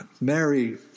Mary